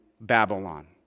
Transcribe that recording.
Babylon